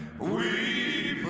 we